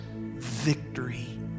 victory